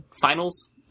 finals